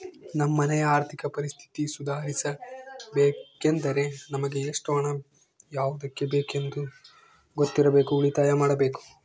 ನಮ್ಮ ಮನೆಯ ಆರ್ಥಿಕ ಪರಿಸ್ಥಿತಿ ಸುಧಾರಿಸಬೇಕೆಂದರೆ ನಮಗೆ ಎಷ್ಟು ಹಣ ಯಾವುದಕ್ಕೆ ಬೇಕೆಂದು ಗೊತ್ತಿರಬೇಕು, ಉಳಿತಾಯ ಮಾಡಬೇಕು